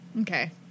Okay